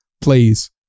please